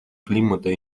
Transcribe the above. климата